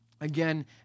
Again